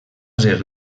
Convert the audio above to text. ser